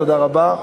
תודה רבה.